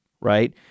right